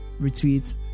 retweet